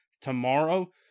tomorrow